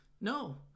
No